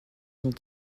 ont